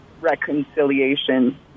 reconciliation